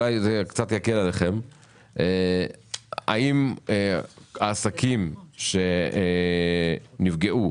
האם העסקים שנפגעו